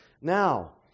Now